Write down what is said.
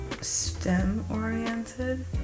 STEM-oriented